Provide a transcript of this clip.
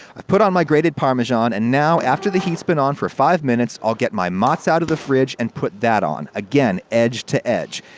i've put on my grated parmesan, and now, after the heat's been on for five minutes, i'll get my mozz out of the fridge, and put that on, again, edge to edge.